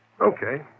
Okay